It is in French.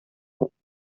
français